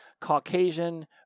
Caucasian